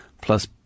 plus